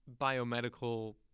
biomedical